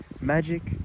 Magic